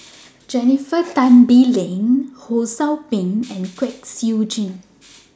Jennifer Tan Bee Leng Ho SOU Ping and Kwek Siew Jin